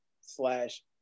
slash